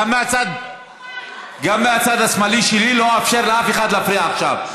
גם מהצד השמאלי שלי לא אאפשר לאף אחד להפריע עכשיו.